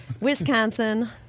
Wisconsin